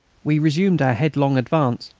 we resumed our headlong advance.